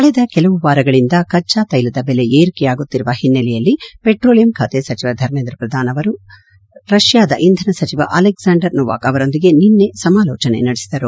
ಕಳೆದ ಕೆಲವು ವಾರಗಳಿಂದ ಕಚ್ಚಾ ತ್ನೆಲದ ಬೆಲೆ ಏರಿಕೆಯಾಗುತ್ತಿರುವ ಹಿನ್ನೆಲೆಯಲ್ಲಿ ಪೆಟ್ರೋಲಿಯಂ ಖಾತೆ ಸಚಿವ ಧರ್ಮೇಂದ ಪ್ರಧಾನ್ ಅವರು ರಷ್ಯಾದ ಇಂಧನ ಸಚಿವ ಅಲೆಕ್ಸಾಂಡರ್ ನೊವಾಕ್ ಅವರೊಂದಿಗೆ ನಿನ್ನೆ ಸಮಾಲೋಚನೆ ನಡೆಸಿದರು